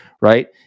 right